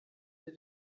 wir